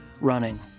running